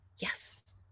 yes